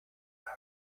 euro